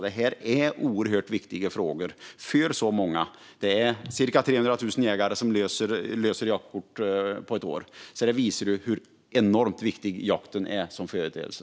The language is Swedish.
Det här är oerhört viktiga frågor för så många. Det är cirka 300 000 jägare som löser jaktkort på ett år. Det visar hur enormt viktig jakten är som företeelse.